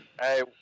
Hey